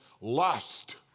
lust